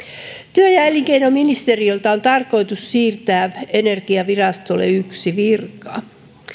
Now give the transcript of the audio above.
työ ja elinkeinoministeriöltä on tarkoitus siirtää energiavirastolle yksi virka